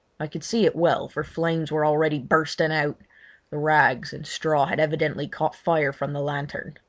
i could see it well, for flames were already bursting out the rags and straw had evidently caught fire from the lantern.